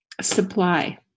supply